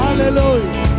Hallelujah